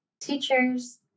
teachers